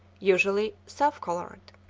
usually self-colored.